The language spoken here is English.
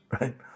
right